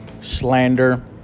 slander